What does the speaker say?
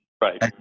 Right